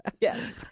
Yes